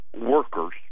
workers